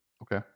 Okay